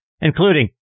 including